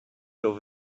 over